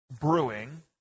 brewing